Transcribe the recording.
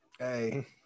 Hey